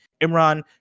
Imran